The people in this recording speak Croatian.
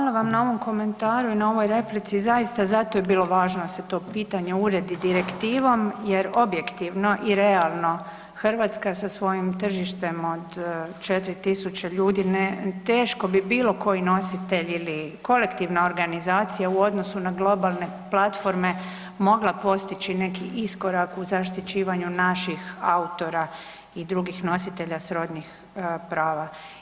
Hvala vam na ovom komentaru i na ovoj replici, zaista, zato je bilo važno da se to pitanje uredi direktivom jer objektivno i realno, Hrvatska sa svojim tržištem od 4 tisuće ljudi, teško bi bilo koji nositelj ili kolektivna organizacija u odnosu na globalne platforme mogla postići neki iskorak u zaštićivanju naših autora i drugih nositelja srodnih prava.